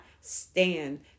stand